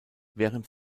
während